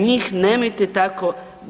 Njih nemojte tako.